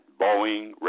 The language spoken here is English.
Boeing